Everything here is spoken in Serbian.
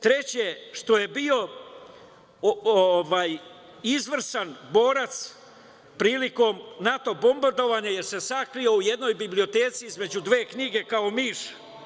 Treće, što je bio izvrstan borac prilikom NATO bombardovanja jer se sakrio u jednoj biblioteci između dve knjige kao miš.